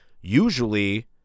usually